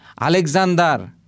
Alexander